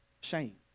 shame